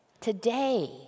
today